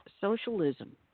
socialism